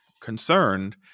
concerned